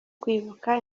kwibuka